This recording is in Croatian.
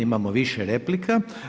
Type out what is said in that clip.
Imamo više replika.